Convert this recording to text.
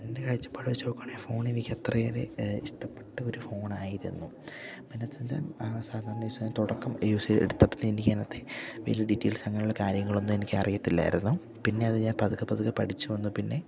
എൻ്റെ കാഴ്ചപ്പാട് വെച്ച് നോക്കവാണെ ആ ഫോൺ എനിക്ക് അത്ര യേറെ ഇഷ്ടപ്പെട്ട ഒരു ഫോണായിരുന്നു പിന്നച്ചച്ചൻ സാധാരണ ദിവസ തൊടക്കം യൂസ് ചെയ് എടുത്തപ്പ എനിക്ക അനത്തെ വല്യ ഡീറ്റെയിൽസ് അങ്ങനെയുള്ള കാര്യങ്ങളൊന്നും എനിക്കറിയത്തില്ലായിരുന്നു പിന്നെ അത് ഞാൻ പതുക്കെ പതുക്കെ പഠിച്ചു വന്നു പിന്നെ